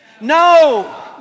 No